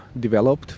developed